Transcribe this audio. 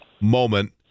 moment